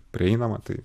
prieinama tai